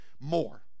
more